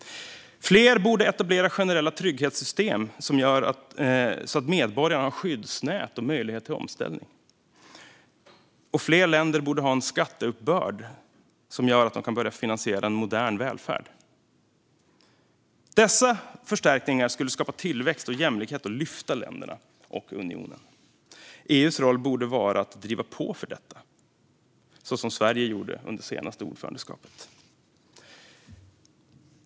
Fler borde etablera generella trygghetssystem så att medborgarna har skyddsnät och möjlighet till omställning. Och fler länder borde ha en skatteuppbörd som gör att man kan börja finansiera en modern välfärd. Dessa förstärkningar skulle skapa tillväxt och jämlikhet och lyfta länderna och unionen. EU:s roll borde vara att driva på för detta, så som Sverige gjorde under senaste ordförandeskapet.